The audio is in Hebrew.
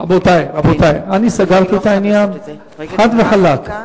רבותי, רבותי, אני סגרתי את העניין חד וחלק.